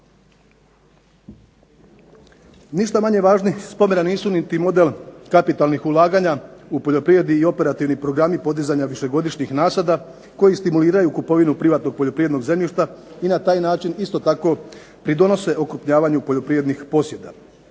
Ništa manje važni spomena nisu niti model kapitalnih ulaganja u poljoprivredi i operativni programi podizanja višegodišnjih nasada koji stimuliraju kupovinu privatnog poljoprivrednog zemljišta i na taj način isto tako pridonose okrupnjavanju poljoprivrednog posjeda.